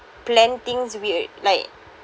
plan things weird like